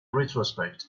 retrospect